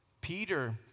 Peter